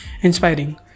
inspiring